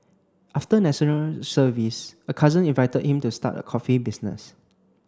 after National Service a cousin invited him to start a coffee business